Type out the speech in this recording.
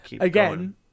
Again